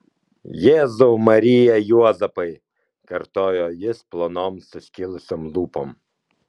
jėzau marija juozapai kartojo jis plonom suskilusiom lūpom